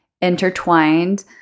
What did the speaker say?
intertwined